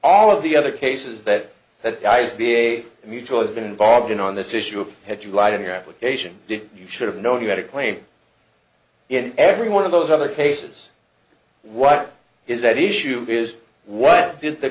all of the other cases that that guys be a mutual has been involved in on this issue of had you lied in your application you should have known you had a claim in every one of those other cases what is at issue is what did the